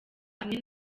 hamwe